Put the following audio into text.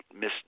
Miss